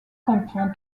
comprend